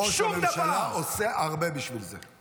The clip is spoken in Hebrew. ראש הממשלה עושה הרבה בשביל זה.